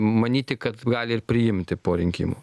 manyti kad gali ir priimti po rinkimų